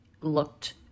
looked